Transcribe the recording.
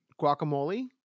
guacamole